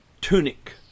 tunic